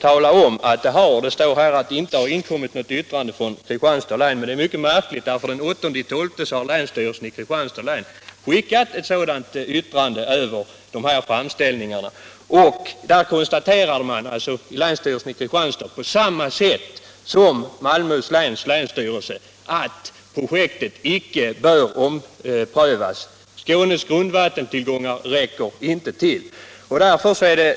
I svaret framhålls att det inte inkommit något yttrande från Kristianstads län. Det är mycket märkligt, för den 8 december skickade länsstyrelsen i Kristianstads län ett sådant yttrande över de här framställningarna till jordbruksdepartementet. Däri konstaterar länsstyrelsen i Kristianstad, på samma sätt som Malmöhus läns länsstyrelse, att projektet icke bör omprövas. Skånes grundvattentillgångar räcker inte till för att klara den långsiktiga vattenförsörjningen anser man.